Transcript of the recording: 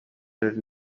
loni